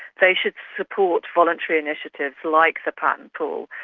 they should support voluntary initiative like the patent pool,